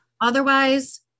otherwise